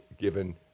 given